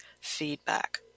feedback